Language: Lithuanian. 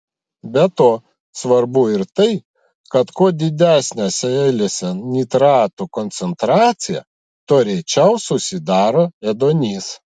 be to svarbu ir tai kad kuo didesnė seilėse nitratų koncentracija tuo rečiau susidaro ėduonis